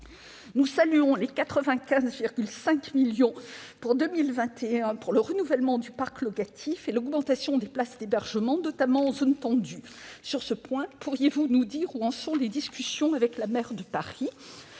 Nous saluons les 95,5 millions d'euros pour 2021 pour le renouvellement du parc locatif et l'augmentation des places d'hébergement, notamment dans les zones tendues. Sur ce point, madame la ministre, pourriez-vous nous dire où en sont les discussions avec la maire de Paris ?